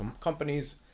companies